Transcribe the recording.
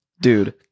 Dude